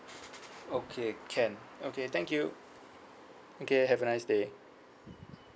okay can okay thank you okay have a nice day